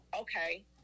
okay